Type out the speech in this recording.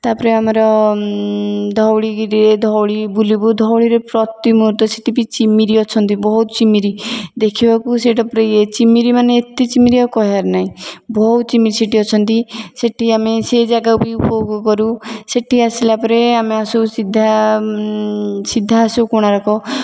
ତା'ପରେ ଆମର ଧଉଳି ଗିରି ଧଉଳି ବୁଲିବୁ ଧଉଳିରେ ପ୍ରତିମୂର୍ତ୍ତି ସେଠି ବି ଚିମିରି ଅଛନ୍ତି ବହୁତ ଚିମିରି ଦେଖିବାକୁ ସେଇଟା ପୁରା ଇଏ ଚିମିରିମାନେ ଏତେ ଚିମିରି ଆଉ କହିଆର ନାହିଁ ବହୁତ ଚିମିରି ସେଠି ଅଛନ୍ତି ସେଠି ଆମେ ସେ ଜାଗା ବି ଉପଭୋଗ କରୁ ସେଠି ଆସିଲାପରେ ଆମେ ଆସୁ ସିଧା ସିଧା ଆସୁ କୋଣାର୍କ